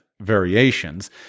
variations